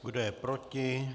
Kdo je proti?